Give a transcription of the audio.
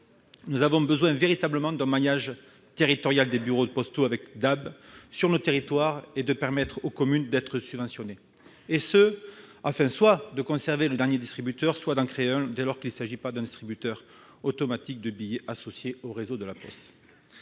Nous avons véritablement besoin d'un maillage territorial de bureaux de poste avec DAB sur nos territoires et il faut permettre aux communes d'être subventionnées afin soit de conserver le dernier distributeur, soit d'en créer un dès lors qu'il ne s'agit pas d'un distributeur automatique de billets associé au réseau de La Poste.